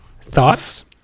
Thoughts